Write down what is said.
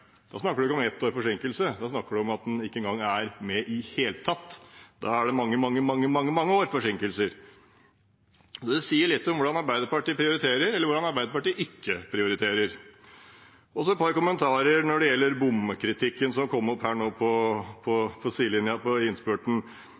Da snakker du ikke om ett års forsinkelse, da snakker du om at den ikke engang er med i det hele tatt. Da er det mange, mange års forsinkelser! Det sier litt om hvordan Arbeiderpartiet prioriterer – eller hvordan Arbeiderpartiet ikke prioriterer. Så et par kommentarer til bompengekritikken som kom opp her på